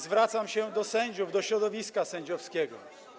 Zwracam się do sędziów, do środowiska sędziowskiego.